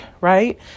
right